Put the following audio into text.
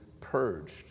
purged